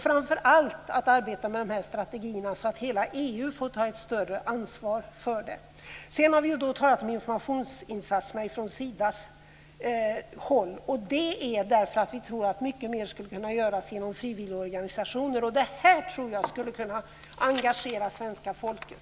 Framför allt gäller det att arbeta med de här strategierna så att hela EU får ta ett större ansvar för dem. Sedan har vi talat om informationsinsatserna från Sidas håll. Det är för att vi tror att mycket mer skulle kunna göras inom frivilligorganisationer. Det här tror jag skulle kunna engagera svenska folket.